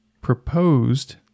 proposed